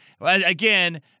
again